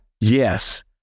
Yes